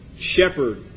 Shepherd